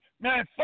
Man